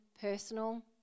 personal